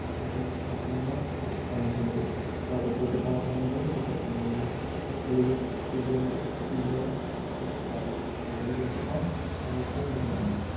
ମନେକର ତୁମ ସାଙ୍ଗ ଆଉ ତୁମେ ଖେଳିବ ତ ଏପଟେ ତୁମ ସାଙ୍ଗ ରହିବ ସେପଟେ ତୁମେ ରହିବ ତ ଖେଳିବ ଏ ଗେମ୍ ଟା ଯେତିକି ଭଲ ସେତିକି ଖରାପ ଭଲ ଜିନିଷ କ'ଣ ନା ଗୋଟେ